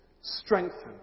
strengthened